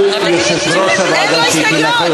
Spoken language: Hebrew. הוא יושב-ראש הוועדה שהכינה חוק,